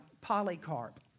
Polycarp